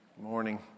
morning